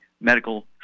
medical